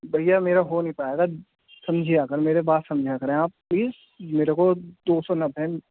بھیا میرا ہو نہیں پائے گا سمجھیے میرے بات سمجھا کریں آپ پلیس میرے کو دو سو